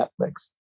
Netflix